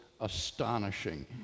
astonishing